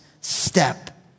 step